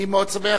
אני מאוד שמח,